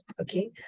Okay